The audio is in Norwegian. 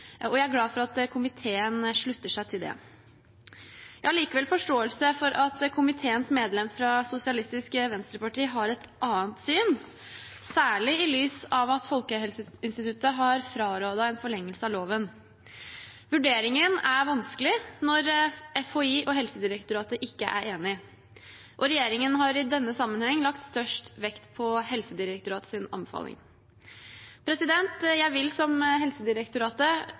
Jeg er glad for at komiteen slutter seg til det. Jeg har likevel forståelse for at komiteens medlem fra Sosialistisk Venstreparti har et annet syn, særlig i lys av at Folkehelseinstituttet har frarådet en forlengelse av loven. Vurderingen er vanskelig når FHI og Helsedirektoratet ikke er enige. Regjeringen har i denne sammenhengen lagt størst vekt på Helsedirektoratets anbefaling. Jeg vil, som Helsedirektoratet,